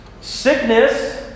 Sickness